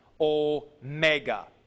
Omega